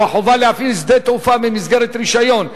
החובה להפעיל שדה תעופה במסגרת רשיון,